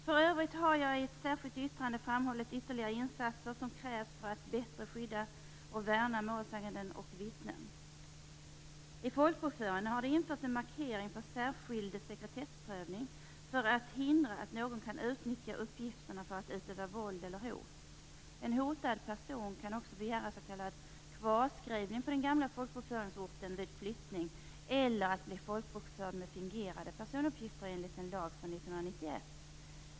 För övrigt har jag i ett särskilt yttrande framhållit ytterligare insatser som krävs för att bättre skydda och värna målsäganden och vittnen. I folkbokföringen har det införts en markering för särskild sekretessprövning för att hindra att någon kan utnyttja uppgifterna för att utöva våld eller hot. En hotad person kan också begära s.k. kvarskrivning på den gamla folkbokföringsorten vid flyttning eller att bli folkbokförd med fingerade personuppgifter enligt en lag från 1991.